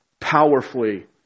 powerfully